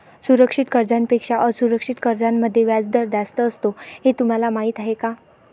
सुरक्षित कर्जांपेक्षा असुरक्षित कर्जांमध्ये व्याजदर जास्त असतो हे तुम्हाला माहीत आहे का?